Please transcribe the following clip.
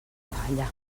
falla